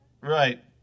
Right